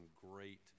great